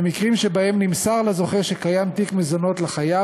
במקרים שבהם נמסר לזוכה שקיים תיק מזונות לחייב,